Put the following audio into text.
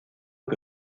que